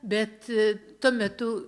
bet tuo metu